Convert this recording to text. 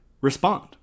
respond